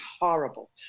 horrible